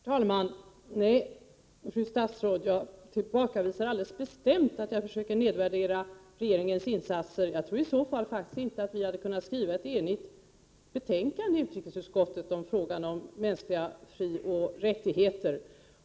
Herr talman! Nej, fru statsråd, jag tillbakavisar alldeles bestämt att jag skulle försöka nedvärdera regeringens insatser. I så fall hade vi inte kunnat skriva ett enigt betänkande i utrikesutskottet i fråga om mänskliga frioch rättigheter.